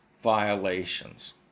violations